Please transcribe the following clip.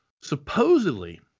Supposedly